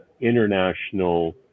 international